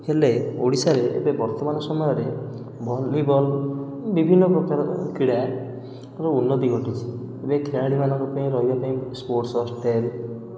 ହେଲେ ଓଡ଼ିଶାରେ ଏବେ ବର୍ତ୍ତମାନ ସମୟରେ ଭଲିବଲ୍ ବିଭିନ୍ନ ପ୍ରକାରର କ୍ରୀଡ଼ାର ଉନ୍ନତି ଘଟୁଛି ଏବେ ଖେଳାଳିମାନଙ୍କ ପାଇଁ ରହିବାପାଇଁ ସ୍ପୋର୍ଟସ ହଷ୍ଟେଲ୍